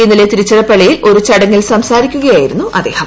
ഇന്നലെ തിരുച്ചിറപ്പള്ളിയിൽ ഒരു ചടങ്ങിൽ സംസാരിക്കുകയായിരുന്നു അദ്ദേഹം